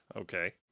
Okay